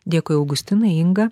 dėkui augustinai inga